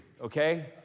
okay